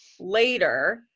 later